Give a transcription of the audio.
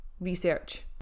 research